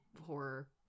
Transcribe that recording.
horror